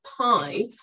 pi